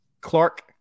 Clark